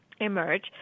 emerge